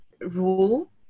rule